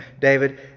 David